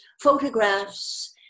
photographs